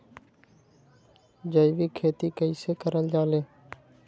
जैविक खेती कई से करल जाले?